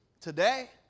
Today